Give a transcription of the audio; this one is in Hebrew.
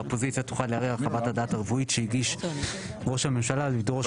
'האופוזיציה תוכל לערער על חוות הדעת הרפואית שהגיש ראש הממשלה ולדרוש